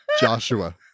Joshua